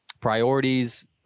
priorities